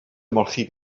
ymolchi